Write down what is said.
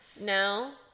no